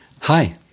Hi